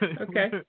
Okay